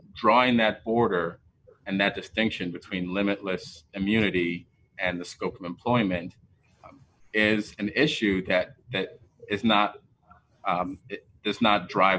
draw in that order and that distinction between limitless immunity and the scope of employment is an issue that that is not just not drive